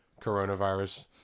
coronavirus